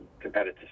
competitive